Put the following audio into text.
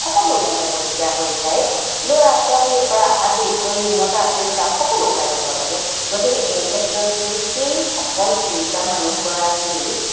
সকলো ওলাই যাবলগীয়া হৈ যায় ল'ৰা ছোৱালীৰ পৰা আদি কৰি মতা তিৰোতা সকলো ওলাই যাব লাগে গতিকে এই ক্ষেত্ৰত যদি সেই অকল তিৰোতা মানুহগৰাকী